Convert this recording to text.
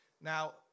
Now